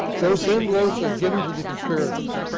those envelopes are given to the conspirators.